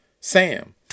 Sam